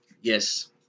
Yes